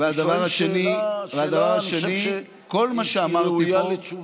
אני שואל שאלה שאני חושב שהיא ראויה לתשובה.